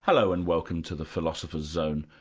hello and welcome to the philosopher's zone,